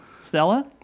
Stella